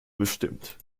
bestimmt